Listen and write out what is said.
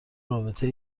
رابطه